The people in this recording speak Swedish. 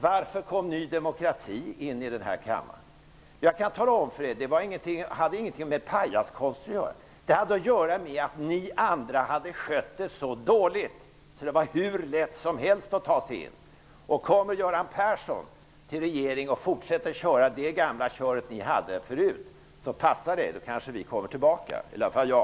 Varför kom Ny demokrati in i riksdagen? Det kan jag tala om för er. Det hade ingenting med pajaskonster att göra. Det hade att göra med att ni andra hade skött det så dåligt, att det var hur lätt som helst att ta sig in. Kommer Göran Persson att ingå i regeringen och fortsätta med det gamla köret, så passa er, vi kanske kommer tillbaka, i alla fall jag.